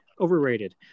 Overrated